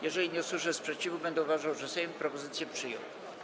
Jeżeli nie usłyszę sprzeciwu, będę uważał, że Sejm propozycję przyjął.